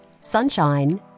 sunshine